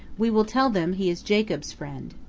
we will tell them he is jacob's friend.